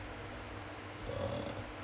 uh